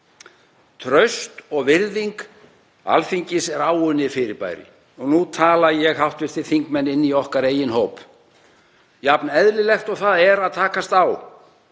Traust og virðing Alþingis er áunnið fyrirbæri og nú tala ég, hv. þingmenn, inn í okkar eigin hóp. Jafn eðlilegt og það er að takast á